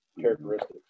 characteristics